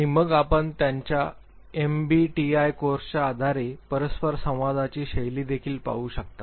आणि मग आपण त्यांच्या एमबीटीआय कोर्सच्या आधारे परस्परसंवादाची शैली देखील पाहू शकता